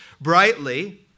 brightly